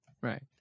Right